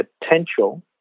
potential